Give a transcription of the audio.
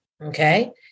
Okay